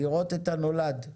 לראות את הנולד.